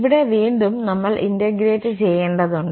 ഇവിടെ വീണ്ടും നമ്മൾ ഇന്റഗ്രേറ്റ് ചെയ്യേണ്ടതുണ്ട്